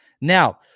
Now